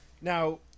Now